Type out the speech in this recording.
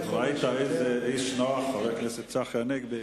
ראית איזה איש נוח חבר הכנסת צחי הנגבי,